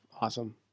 awesome